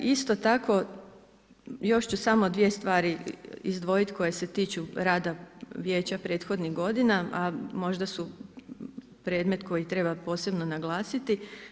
Isto tako još ću samo 2 stvari izdvojiti koje se tiču rada vijeća prethodnih godina, a možda su predmet koji treba posebno naglasiti.